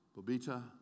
Bobita